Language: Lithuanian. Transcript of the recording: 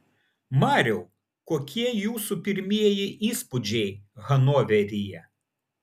mariau kokie jūsų pirmieji įspūdžiai hanoveryje